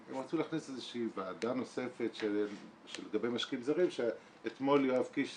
הם רצו להכניס איזושהי ועדה נוספת לגבי משקיעים זרים שאתמול יואב קיש